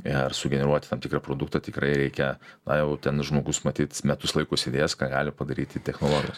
ir sugeneruoti tam tikrą produktą tikrai reikia na jau ten žmogus matyt metus laiko sėdės ką gali padaryti technologijos